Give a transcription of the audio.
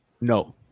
No